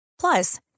Plus